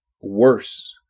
worse